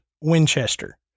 Winchester